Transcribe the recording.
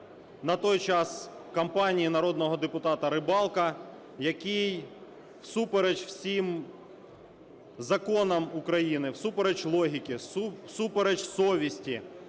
на той час компанії народного депутата Рибалка, який всупереч всім законам України, всупереч логіці, всупереч совісті